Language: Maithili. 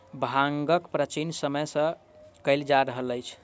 भांगक उत्पादन प्राचीन समय सॅ कयल जा रहल अछि